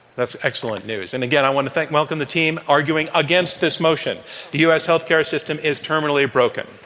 that's excellent news. and again, i want to thank welcome the team arguing against this motion the u. s. healthcare system is terminally broken.